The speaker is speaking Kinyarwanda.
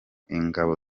ingabo